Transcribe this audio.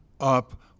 up